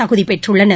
தகுதி பெற்றுள்ளனர்